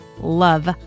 love